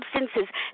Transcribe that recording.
substances